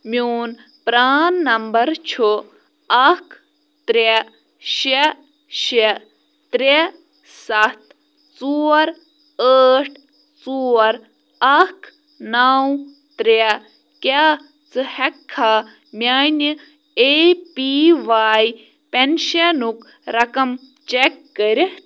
میون پران نمبَر چھُ اَکھ ترٛےٚ شےٚ شےٚ ترٛےٚ سَتھ ژور ٲٹھ ژور اَکھ نَو ترٛےٚ کیٛاہ ژٕ ہٮ۪ککھا میانہِ اے پی واے پیٚنشَنُک رقم چیٚک کٔرِتھ